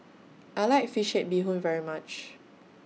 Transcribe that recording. I like Fish Head Bee Hoon very much